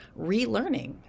relearning